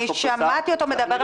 אני שמעתי אותו מדבר אחרת.